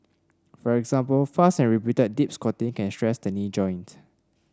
for example fast and repeated deep squatting can stress the knee joint